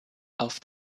auf